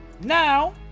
Now